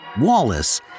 Wallace